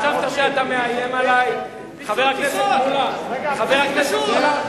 אדוני היושב-ראש, זה דבר חמור מה שהוא אומר.